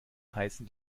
heißen